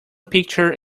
picture